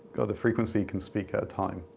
or the frequency, can speak at a time.